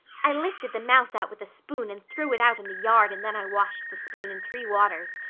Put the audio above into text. i lifted the mouse out with a spoon and threw it out in the yard and then i washed the spoon in three waters.